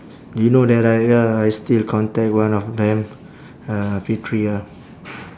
do you know that I uh I still contact one of them uh fitri ya